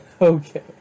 Okay